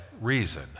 reason